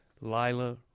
Lila